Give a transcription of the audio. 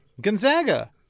Gonzaga